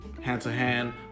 hand-to-hand